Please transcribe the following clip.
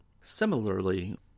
Similarly